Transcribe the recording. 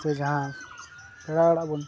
ᱥᱮ ᱡᱟᱦᱟᱸ ᱯᱮᱲᱟ ᱚᱲᱟᱜ ᱵᱚᱱ